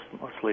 mostly